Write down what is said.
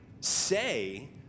say